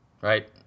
right